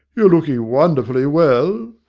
you're looking wonderfully well.